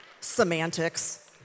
Semantics